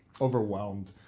overwhelmed